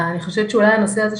אני חושבת אולי שהנושא הזה,